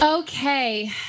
Okay